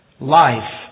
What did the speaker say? Life